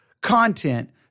content